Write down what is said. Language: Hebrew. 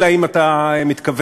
אלא אם אתה מתכוון,